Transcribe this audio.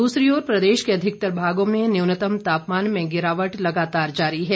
दूसरी ओर प्रदेश के अधिकतर भागों में न्यूनतम तापमान में गिरावट लगातार जारी है